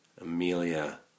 Amelia